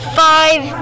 five